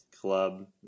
club